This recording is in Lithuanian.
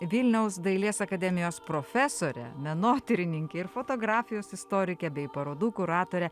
vilniaus dailės akademijos profesore menotyrininke ir fotografijos istorike bei parodų kuratore